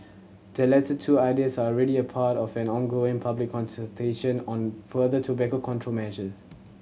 the latter two ideas are already a part of an ongoing public consultation on further tobacco control measures